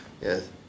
Yes